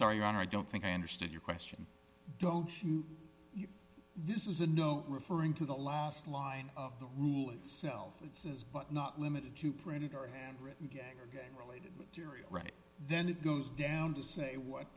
sorry your honor i don't think i understood your question don't you this is a no referring to the last line of the rule itself it says but not limited to printed or handwritten get syria right then it goes down to say what